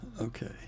okay